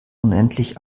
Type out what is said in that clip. unendlich